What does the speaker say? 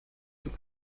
took